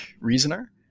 reasoner